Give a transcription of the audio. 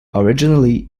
originally